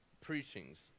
preachings